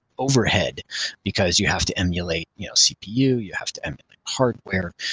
overhead because you have to emulate you know cpu, you have to emulate hardware.